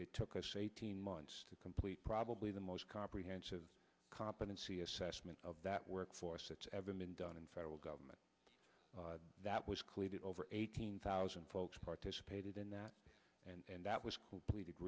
it took us eighteen months to complete probably the most comprehensive competency assessment of that workforce that's ever been done in federal government that was clearly over eighteen thousand folks participated in that and that was completed